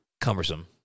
cumbersome